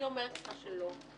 אני אומרת לך שלא.